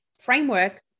framework